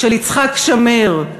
של יצחק שמיר,